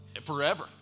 forever